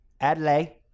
Adelaide